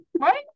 Right